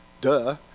Duh